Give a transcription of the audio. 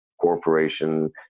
corporation